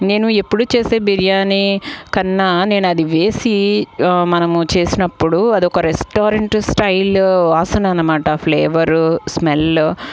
నేను ఎప్పుడూ చేసే బిర్యానీ కన్నా నేను అది వేసి మనము చేసినప్పుడు అదొక రెస్టారెంట్ స్టైల్ వాసన అనమాట ఆ ఫ్లేవర్ స్మెల్